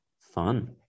Fun